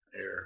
air